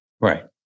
Right